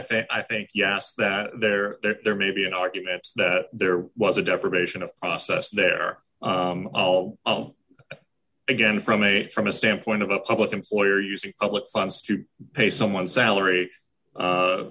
think i think yes that there there there may be an argument that there was a deprivation of assess their own again from a from a standpoint of a public employer using public funds to pay someone salaries